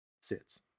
sits